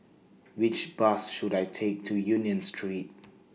Which Bus should I Take to Union Street